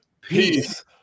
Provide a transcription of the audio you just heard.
peace